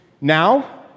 now